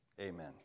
Amen